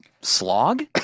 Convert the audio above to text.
slog